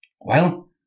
Well